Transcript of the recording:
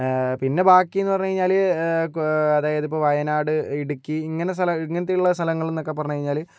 പിന്നെ ബാക്കീന്ന് പറഞ്ഞ് കഴിഞ്ഞാല് അതായത് ഇപ്പോൾ വയനാട് ഇടുക്കി ഇങ്ങനെ സ്ഥല ഇങ്ങനത്തെയുള്ള സ്ഥലങ്ങൾ എന്ന് പറഞ്ഞ് കഴിഞ്ഞാല്